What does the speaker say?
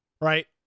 right